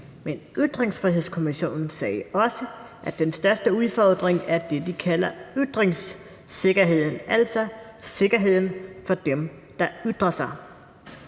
men Ytringsfrihedskommissionen sagde også, at den største udfordring er det, vi kalder ytringssikkerheden – altså sikkerheden for dem, der ytrer sig.